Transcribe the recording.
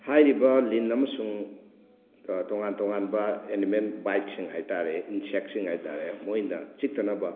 ꯍꯥꯏꯔꯤꯕ ꯂꯤꯟ ꯑꯃꯁꯨꯡ ꯇꯣꯉꯥꯟ ꯇꯣꯉꯥꯟꯕ ꯑꯦꯅꯤꯃꯦꯜ ꯕꯥꯏꯠꯁꯤꯡ ꯍꯥꯏꯇꯥꯔꯦ ꯏꯟꯁꯦꯛꯁꯤꯡ ꯍꯥꯏꯇꯥꯔꯦ ꯃꯣꯏꯅ ꯆꯤꯛꯇꯅꯕ